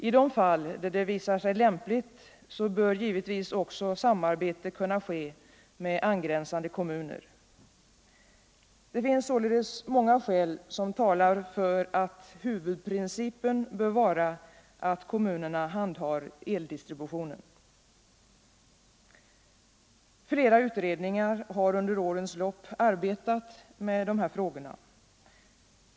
I de fall där det visar sig lämpligt bör givetvis också samarbete kunna ske med angränsande kommuner. Det finns således många skäl som talar för att huvudprincipen bör vara att kommunerna handhar eldistributionen. Flera utredningar har under årens lopp arbetat med dessa frågor.